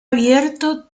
abierto